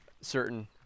certain